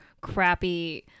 crappy